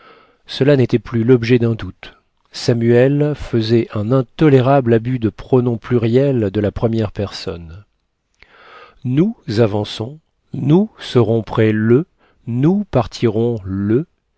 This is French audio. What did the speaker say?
cela n'était plus l'objet d'un doute samuel faisait un intolérable abus du pronom pluriel de la première personne nous avançons nous serons prêts le nous partirons le